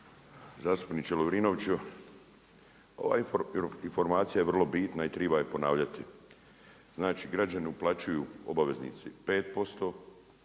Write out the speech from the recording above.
Zastupniče Lovrinoviću, ova informacija je vrlo bitna i triba je ponavljati. Naši građani uplaćuju obaveznici 5%